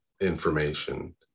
information